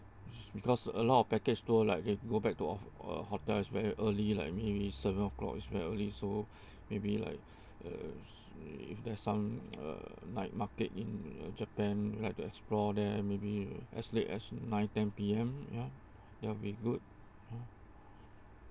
because a lot of package tour like they go back to of~ uh hotels is very early like it is around seven o'clock is very early so maybe like if there's some uh night market in japan like to explore there maybe as late as nine ten P_M ya that will be good you know